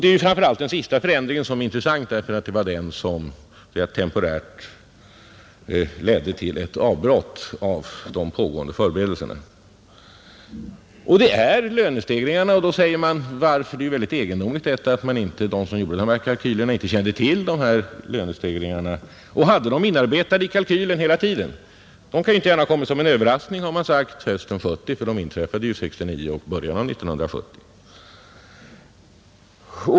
Det är framför allt den sista förändringen som är intressant därför att det var den som temporärt ledde till ett avbrott i de pågående förberedelserna. Förändringarna berodde på lönestegringarna, och då säger man att det är väldigt egendomligt att de som gjorde dessa kalkyler inte kände till lönestegringarna och hade dem inarbetade i kalkylerna hela tiden, De kan ju inte gärna ha kommit som en överraskning hösten 1970, har man sagt, för de inträffade 1969 och i början av 1970.